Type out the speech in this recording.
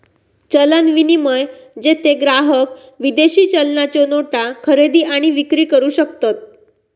चलन विनिमय, जेथे ग्राहक विदेशी चलनाच्यो नोटा खरेदी आणि विक्री करू शकतत